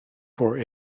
for